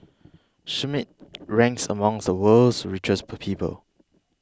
Schmidt ranks among the world's richest per people